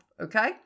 okay